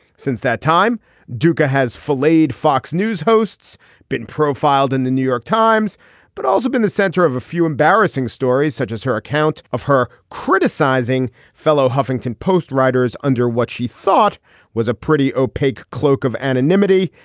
since that time duka has flayed fox news hosts been profiled in the new york times but also been the center of a few embarrassing stories such as her account of of her criticizing fellow huffington post writers under what she thought was a pretty opaque cloak of anonymity.